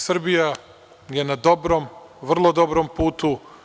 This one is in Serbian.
Srbija je na dobrom, vrlo dobrom putu.